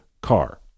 car